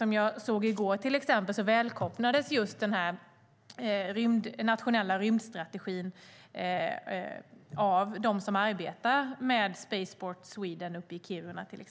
I går såg jag till exempel att just den nationella rymdstrategin välkomnas av dem som arbetar med Spaceport Sweden uppe i Kiruna.